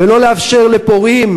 ולא לאפשר לפורעים,